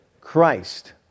Christ